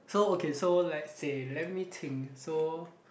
so okay so let's say let me think so